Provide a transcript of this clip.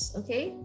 okay